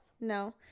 No